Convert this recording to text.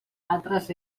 altres